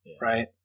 Right